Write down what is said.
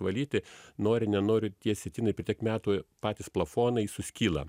valyti nori nenori tie sietynai per tiek metų patys plafonai suskyla